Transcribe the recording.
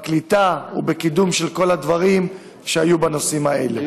בקליטה ובקידום של כל הדברים שהיו בנושאים האלה.